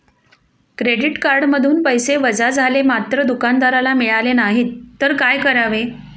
Credit कार्डमधून पैसे वजा झाले मात्र दुकानदाराला मिळाले नाहीत तर काय करावे?